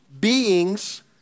beings